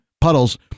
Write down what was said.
puddles